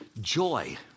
joy